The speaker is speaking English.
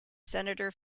senator